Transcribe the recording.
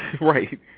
Right